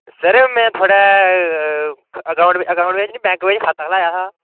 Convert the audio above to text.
sir मैं थोआड़ै account बिच्च अकाउंट बिच्च नि बैंक बिच्च खाता खलाया हा